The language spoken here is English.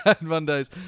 Mondays